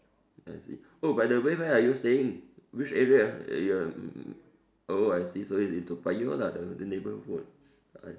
I see oh by the way where are you staying which area you're mm I see so it's in Toa-Payoh lah the the neighbourhood